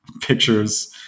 pictures